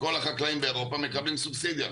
כל החקלאים באירופה מקבלים סובסידיה,